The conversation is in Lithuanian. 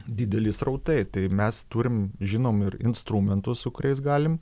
dideli srautai tai mes turim žinom ir instrumentus su kuriais galim